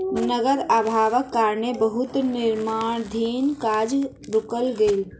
नकद अभावक कारणें बहुत निर्माणाधीन काज रुइक गेलै